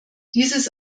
dieses